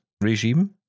regime